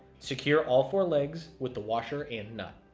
secure all four legs with the washer and nut.